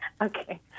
Okay